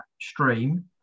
stream